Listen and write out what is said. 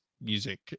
music